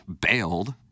bailed